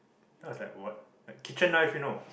then I was like what like kitchen knife you know